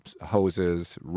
hoses